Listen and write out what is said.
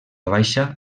baixa